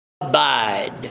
abide